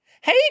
Hey